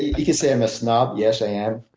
you could say i'm a snob yes, i am.